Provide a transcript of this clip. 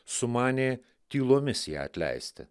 sumanė tylomis ją atleisti